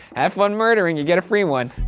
have fun murdering, you get a free one.